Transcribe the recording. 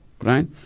right